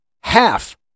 half